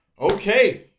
Okay